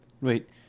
Wait